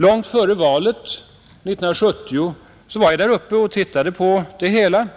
Långt före valet 1970 var jag där uppe och tittade på det hela,